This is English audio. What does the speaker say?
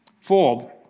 fold